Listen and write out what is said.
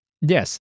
Yes